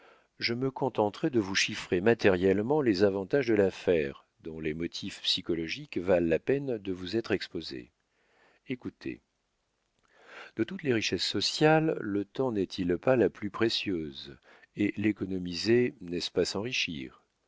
je me contenterais de vous chiffrer matériellement les avantages de l'affaire dont les motifs psychologiques valent la peine de vous être exposés écoutez de toutes les richesses sociales le temps n'est-il pas la plus précieuse et l'économiser n'est-ce pas s'enrichir